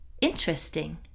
interesting